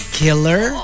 killer